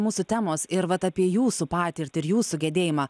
mūsų temos ir vat apie jūsų patirtį ir jūsų gedėjimą